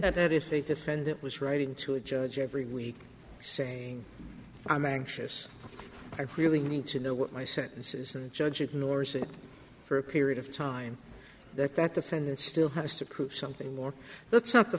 that that if they defend it was writing to a judge every week saying i'm anxious i really need to know what my senses of the judge ignores it for a period of time that that the friend still has to prove something more that's not the